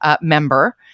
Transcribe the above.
member